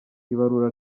ibarura